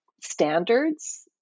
standards